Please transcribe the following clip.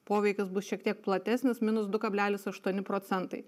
poveikis bus šiek tiek platesnis minus du kablelis aštuoni procentai